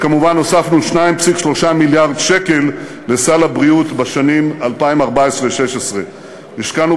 וכמובן הוספנו 2.3 מיליארד שקל לסל הבריאות לשנים 2014 2016. השקענו